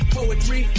poetry